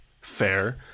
fair